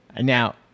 Now